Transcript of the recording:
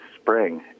spring